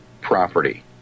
property